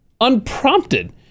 Unprompted